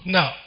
Now